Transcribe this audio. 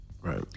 Right